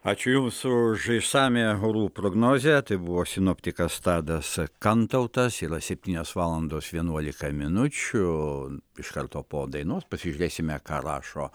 ačiū jums už išsamią orų prognozę tai buvo sinoptikas tadas kantautas yra septynios valandos vienuolika minučių iš karto po dainos pasižiūrėsime ką rašo